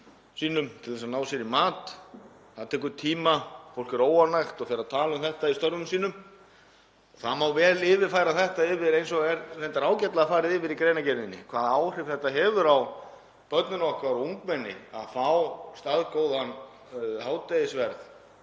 til að ná sér í mat. Það tekur tíma. Fólk er óánægt og fer að tala um þetta í störfum sínum. Það má vel yfirfæra þetta, eins og er reyndar ágætlega farið yfir í greinargerðinni, yfir í hvaða áhrif það hefur á börnin okkar og ungmenni að fá staðgóðan hádegisverð